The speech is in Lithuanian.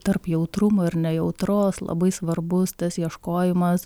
tarp jautrumo ir nejautros labai svarbus tas ieškojimas